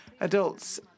adults